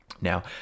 Now